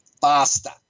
faster